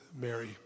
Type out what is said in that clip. Mary